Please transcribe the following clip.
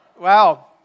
wow